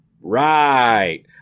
Right